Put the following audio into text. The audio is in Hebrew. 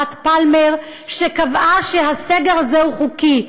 הייתה ועדת פלמר שקבעה שהסגר הזה הוא חוקי.